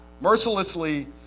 mercilessly